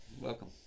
Welcome